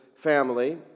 family